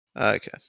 Okay